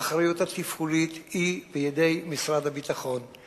האחריות התפעולית היא בידי משרד הביטחון.